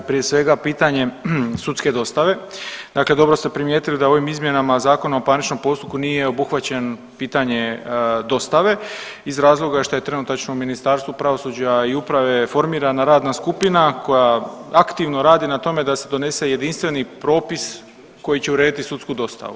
Prije svega pitanje sudske dostave, dakle dobro ste primijetili da ovim izmjenama Zakona o parničnom postupku nije obuhvaćen pitanje dostave iz razloga što je trenutačno u Ministarstvu pravosuđa i uprave formirana radna skupina koja aktivno radi na tome da se donese jedinstveni propis koji će urediti sudsku dostavu.